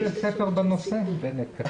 שיהיה בהצלחה לכולם בבחירות.